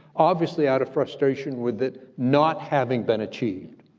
obviously out of frustration with it not having been achieved,